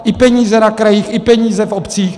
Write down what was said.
I peníze na krajích, i peníze v obcích.